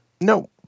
No